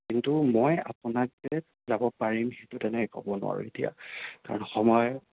কিন্তু মই আপোনাক যে যাব পাৰিম সেইটো তেনেকৈ ক'ব নোৱাৰোঁ এতিয়া কাৰণ সময়